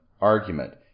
argument